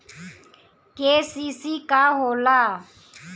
KCC का होला?